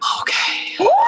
Okay